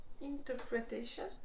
interpretation